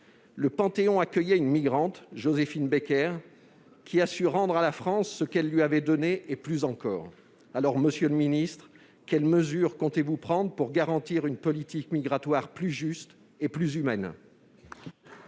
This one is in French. le Panthéon accueillait une migrante, Joséphine Baker, qui a su rendre à la France ce qu'elle lui avait donné et plus encore. Monsieur le ministre, quelles mesures comptez-vous prendre pour garantir une politique migratoire plus juste et plus humaine ?